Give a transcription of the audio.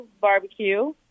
barbecue